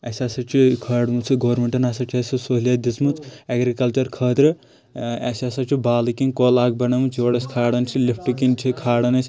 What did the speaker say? اسہِ ہسا چھِ کھاڑمٕژ سۄ گورمِنٹن ہسا چھِ اسہِ سو سہوٗلیت دِژمٕژ ایٚگرِکلچر خٲطرٕ ٲں اسہِ ہسا چھِ بالہٕ کِنۍ کۄل اکھ بنٲومٕژ یور أسۍ کھالان چھِ لِفٹہٕ کِنۍ چھِ کھالان أسۍ